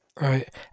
Right